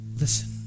listen